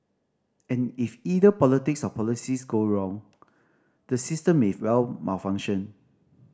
and if either politics or policies go wrong the system may well malfunction